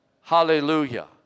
Hallelujah